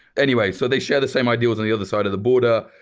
anyways, so they share the same ideals on the other side of the border.